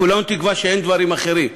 כולנו תקווה שאין דברים אחרים.